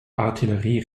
artillerie